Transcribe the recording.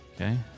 Okay